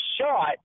shot